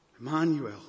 Emmanuel